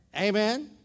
Amen